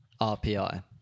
RPI